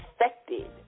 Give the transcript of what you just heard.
Affected